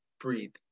breathe